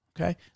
Okay